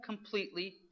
Completely